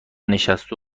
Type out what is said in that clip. نشسته